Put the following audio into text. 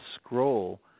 scroll